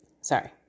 Sorry